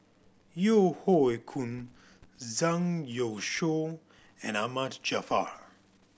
Yeo Hoe Koon Zhang Youshuo and Ahmad Jaafar